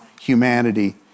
humanity